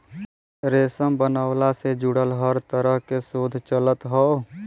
रेशम बनवला से जुड़ल हर तरह के शोध चलत हौ